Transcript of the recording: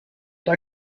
der